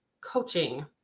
coaching